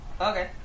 Okay